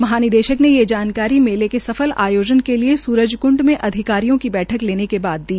महानिदेशक ने ये जानकारी मेले के सफल आयोजन के लिये सूरजकूंड में अधिकारियों की बैठक लेने के बाद दी